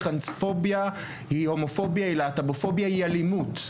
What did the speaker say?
טרנספוביה היא הומופוביה; היא להט"בופוביה; היא אלימות,